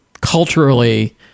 culturally